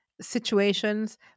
situations